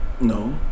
No